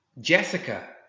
Jessica